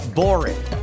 boring